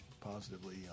positively